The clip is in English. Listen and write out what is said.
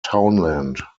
townland